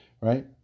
right